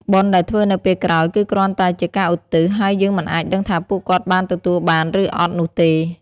បុណ្យដែលធ្វើនៅពេលក្រោយ គឺគ្រាន់តែជាការឧទ្ទិស ហើយយើងមិនអាចដឹងថាពួកគាត់បានទទួលបាន ឬអត់នោះទេ។